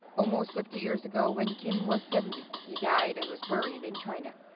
almost fifty years ago, when kim was seventy, he died and was buried in china.